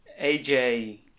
AJ